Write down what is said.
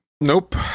Nope